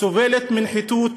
סובלת מנחיתות